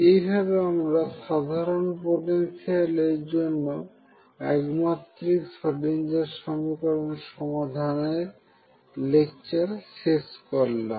এইভাবে আমরা সাধারণ পটেনশিয়ালের জন্য একমাত্রিক স্রোডিঞ্জার সমীকরণের সমাধানের লেকচার শেষ করলাম